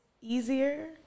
easier